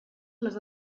les